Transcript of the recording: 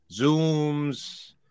zooms